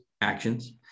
actions